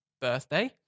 birthday